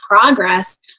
progress